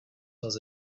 does